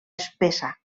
espessa